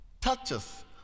touches